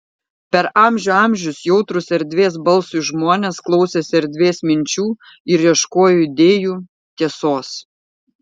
per amžių amžius jautrūs erdvės balsui žmonės klausėsi erdvės minčių ir ieškojo idėjų tiesos